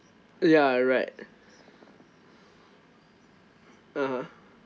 ya alright (uh huh)